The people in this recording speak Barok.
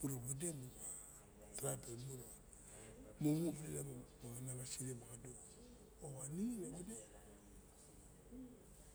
Mura ologen